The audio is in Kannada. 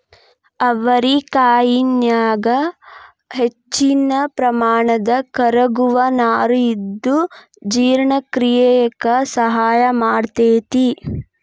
ಅವರಿಕಾಯನ್ಯಾಗ ಅತಿಹೆಚ್ಚಿನ ಪ್ರಮಾಣದ ಕರಗುವ ನಾರು ಇದ್ದು ಜೇರ್ಣಕ್ರಿಯೆಕ ಸಹಾಯ ಮಾಡ್ತೆತಿ